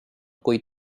kui